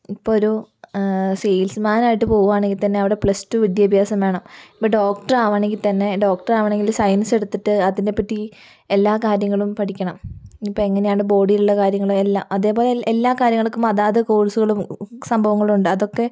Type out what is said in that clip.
ഇപ്പോൾ ഒരു സെയിൽസ്മാനായിട്ട് പോവുകയാണെങ്കിൽ തന്നെ അവിടെ പ്ലസ് ടു വിദ്യാഭ്യാസം വേണം ഇപ്പം ഡോക്ടറാവണമെങ്കിൽത്തന്നെ ഡോക്ടറാവണമെങ്കിൽ സയൻസ് എടുത്തിട്ട് അതിനെപ്പറ്റി എല്ലാ കാര്യങ്ങളും പഠിക്കണം ഇനിയിപ്പോൾ എങ്ങനെയാണ് ബോഡിയിലുള്ള കാര്യങ്ങൾ എല്ലാം അതേപോലെ എല്ലാ എല്ലാ കാര്യങ്ങൾക്കും അതാത് കോഴ്സുകളും സംഭവങ്ങളും ഉണ്ട് അതൊക്കെ